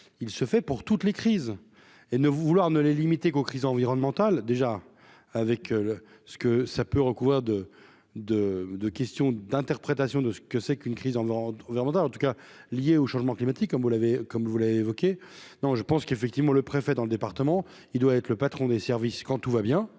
il se fait pour toutes les crises et ne vouloir ne les limiter qu'aux crises environnementales déjà avec ce que ça peut recouvrir de de de question d'interprétation de ce que c'est qu'une crise en grande véranda en tout cas liés au changement climatique, comme vous l'avez comme vous l'avez évoqué non je pense qu'effectivement le préfet dans le département, il doit être le patron des services quand tout va bien,